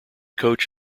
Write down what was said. coach